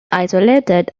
isolated